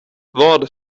vad